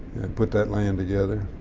put that land together.